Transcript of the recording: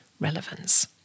relevance